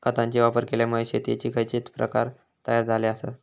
खतांचे वापर केल्यामुळे शेतीयेचे खैचे प्रकार तयार झाले आसत?